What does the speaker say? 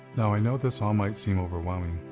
now i know this all might seem overwhelming.